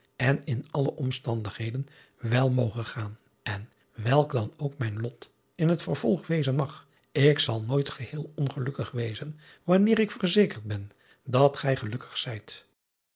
en in alle omstandigheden wel moge gaan en welk dan ook mijn lot in het vervolg wezen mag ik zal nooit geheel ongelukkig wezen wanneer ik verzekerd ben dat gij gelukkig zijt